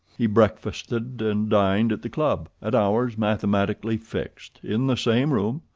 he breakfasted and dined at the club, at hours mathematically fixed, in the same room,